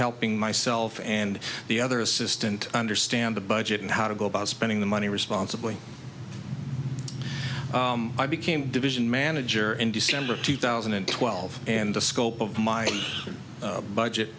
helping myself and the other assistant understand the budget and how to go about spending the money responsibly i became division manager in december two thousand and twelve and the scope of my budget